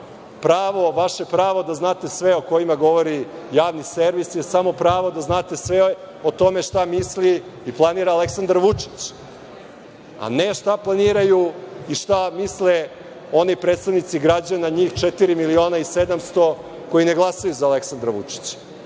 nemaju. Vaše pravo da znate sve, o kojima govori Javni servis, je samo pravo da znate sve o tome šta misli i planira Aleksandar Vučić, a ne šta planiraju i šta misle oni predstavnici građana, njih 4.700.000 koji ne glasaju za Aleksandra Vučića.